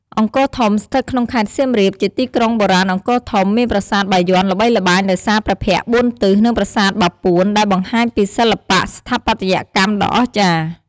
អង្គរធំ ស្ថិតក្នុងខេត្ត សៀមរាប ជាទីក្រុងបុរាណអង្គរធំ មានប្រាសាទបាយ័នល្បីល្បាញដោយសារព្រះភ័ក្ត្របួនទិស និងប្រាសាទបាពួនដែលបង្ហាញពីសិល្បៈស្ថាបត្យកម្មដ៏អស្ចារ្យ។